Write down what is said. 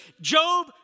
Job